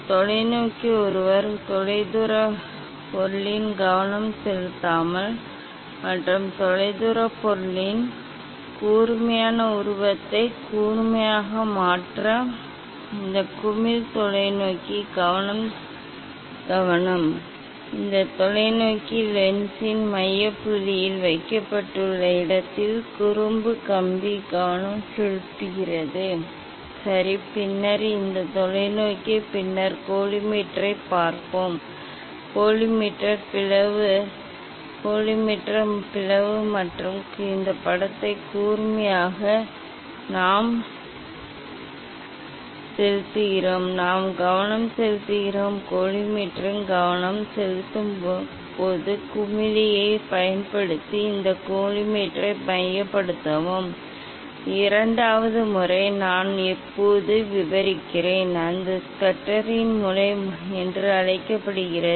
தொலைநோக்கி ஒருவர் தொலைதூர பொருளில் கவனம் செலுத்தலாம் மற்றும் தொலைதூர பொருளின் கூர்மையான உருவத்தை கூர்மையாக மாற்ற இந்த குமிழ் தொலைநோக்கி கவனம் குமிழியை சுழற்றலாம் இந்த தொலைநோக்கி லென்ஸின் மைய புள்ளியில் வைக்கப்பட்டுள்ள இடத்தில் குறுக்கு கம்பி கவனம் செலுத்துகிறது சரி பின்னர் இந்த தொலைநோக்கி பின்னர் கோலிமேட்டரைப் பார்ப்போம் கோலிமேட்டர் பிளவு கோலிமேட்டர் பிளவு மற்றும் இந்த படத்தை கூர்மையாக்குவதற்கு நாம் கவனம் செலுத்துகிறோம் நாம் கவனம் செலுத்துகிறோம் கோலிமேட்டரின் கவனம் செலுத்தும் குமிழியைப் பயன்படுத்தி இந்த கோலிமேட்டரை மையப்படுத்தவும் இது இணையான கதிர்களைப் பெற ஒரு வழியாகும் இரண்டாவது முறை நான் இப்போது விவரிக்கிறேன் அது ஸ்கஸ்டரின் முறை என்று அழைக்கப்படுகிறது